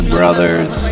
Brothers